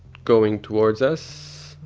going towards us.